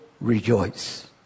rejoice